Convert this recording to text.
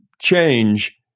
change